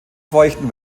feuchten